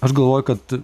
aš galvoju kad